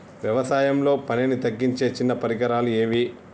వ్యవసాయంలో పనిని తగ్గించే చిన్న పరికరాలు ఏవి?